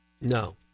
No